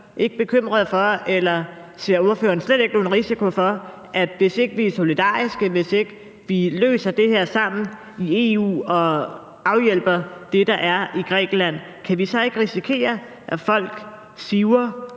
ikke bekymret for, eller ser ordføreren slet ikke nogen risiko for, at hvis ikke vi er solidariske, hvis ikke vi løser det her sammen i EU og afhjælper problemerne i Grækenland, så kan vi risikere, at folk siver